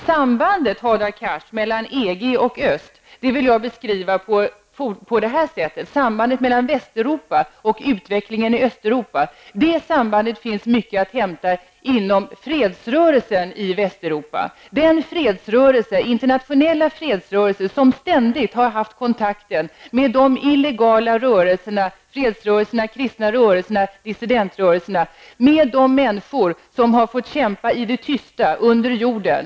Sambandet, Hadar Cars, mellan EG och öst vill jag beskriva på det här sättet: sambandet mellan Västeuropa och utvecklingen i Östeuropa finns att hämta inom fredsrörelsen i Västeuropa. Denna internationella fredsrörelse har ständigt haft kontakt med illegala rörelser i Östeuropa -- fredsrörelserna, den kristna rörelsen, studentrörelserna -- och de människor som har fått kämpa i det tysta under jorden.